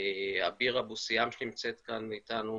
עביר אבו סיאם, שנמצאת כאן איתנו,